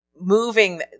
moving